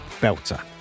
belter